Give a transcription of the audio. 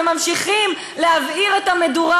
וממשיכים להבעיר את המדורה,